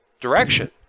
direction